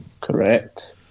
Correct